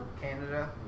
Canada